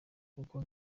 kuko